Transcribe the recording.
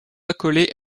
accolés